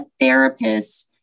therapists